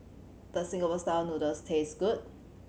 does Singapore Style Noodles taste good